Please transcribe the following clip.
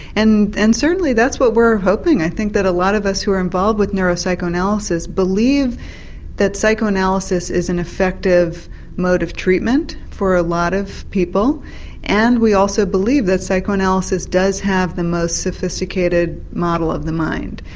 and and certainly that's what we're hoping. i think that a lot of us who are involved in neuropsychoanalysis believe that psychoanalysis is an effective mode of treatment for a lot of people and we also believe that psychoanalysis does have the most sophisticated model of the mind.